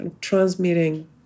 transmitting